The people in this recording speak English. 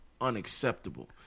unacceptable